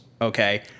okay